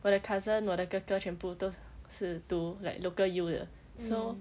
我的 cousin 我的哥哥全部都是读 like local U 的 so